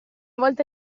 volta